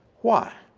why?